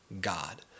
God